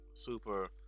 Super